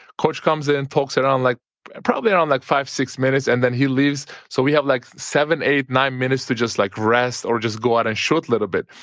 coach comes in, and talks around like probably around like five, six minutes and then he leaves. so we have like seven, eight, nine minutes to just like rest or just go out and shoot a little bit.